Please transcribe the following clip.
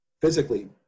physically